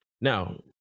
now